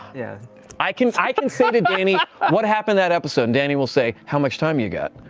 yeah i can i can say to dani, what happened that episode? and dani will say, how much time you got?